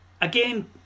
again